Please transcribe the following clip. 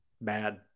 Bad